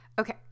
Okay